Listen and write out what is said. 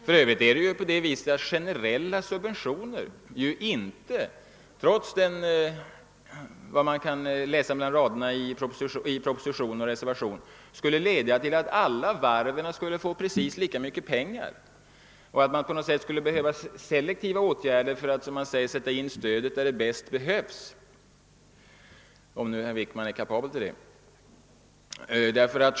För övrigt skulle inte generella subventioner — trots vad man kan läsa mellan raderna i propositionen och reservationen — leda till att alla varven skulle få precis lika mycket pengar. Det behövs inte selektiva åtgärder för att, som man säger, kunna sätta in stödet där det bäst behövs — om nu herr Wickman är kapabel till det.